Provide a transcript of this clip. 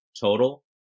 total